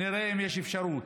ונראה אם יש אפשרות.